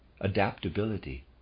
adaptability